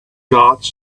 guards